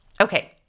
Okay